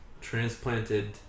transplanted